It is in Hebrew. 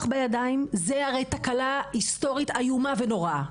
בידיים זו הרי תקלה היסטורית איומה ונוראה.